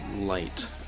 light